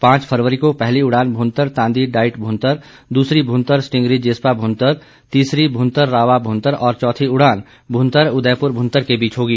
पांच फरवरी को पहली उड़ान भूंतर तांदी डाइट भूंतर दूसरी भूंतर सटींगरी जिस्पा भूंतर तीसरी भूंतर रावा भूंतर और चौथी उड़ान भूतर उदयपुर भूतर के बीच होगी